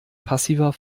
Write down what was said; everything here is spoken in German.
passiver